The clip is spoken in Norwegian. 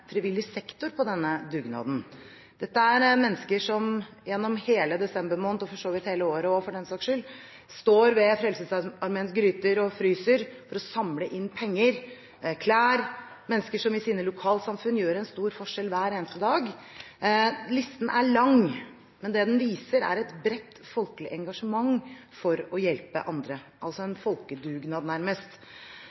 frivillig sektor på denne dugnaden. Dette er mennesker som gjennom hele desember måned, og for så vidt hele året også, for den saks skyld, står ved Frelsesarmeens gryter og fryser for å samle inn penger og klær – mennesker som i sine lokalsamfunn gjør en stor forskjell hver eneste dag. Listen er lang, men det den viser, er et bredt folkelig engasjement for å hjelpe andre – altså nærmest en folkedugnad. Det er en